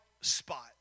spot